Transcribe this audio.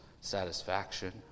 satisfaction